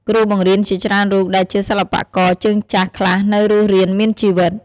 គ្រូបង្រៀនជាច្រើនរូបដែលជាសិល្បករជើងចាស់ខ្លះនៅរស់រានមានជីវិត។